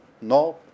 No